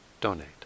donate